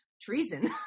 treason